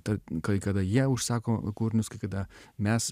tad kai kada jie užsako kūrinius kai kada mes